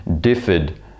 differed